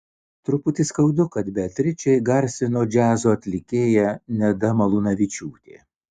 truputį skaudu kad beatričę įgarsino džiazo atlikėja neda malūnavičiūtė